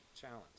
challenge